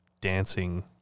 dancing